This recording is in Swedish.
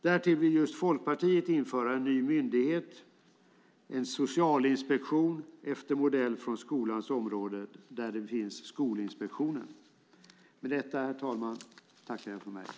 Därtill vill Folkpartiet också införa en ny myndighet, en socialinspektion, efter modell från skolans område där Skolinspektionen finns.